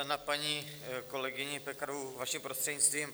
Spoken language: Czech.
Na paní kolegyni Pekarovou vaším prostřednictvím.